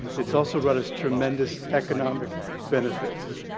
it's also brought us tremendous economic benefits.